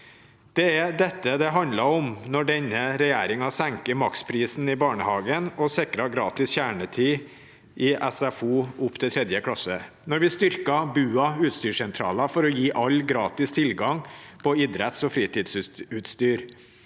Det er dette det handler om når denne regjeringen senker maksprisen i barnehagen og sikrer gratis kjernetid i SFO opp til 3. klasse, styrker BUA utstyrssentraler for å gi alle gratis tilgang på idretts- og fritidsutstyr,